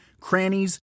crannies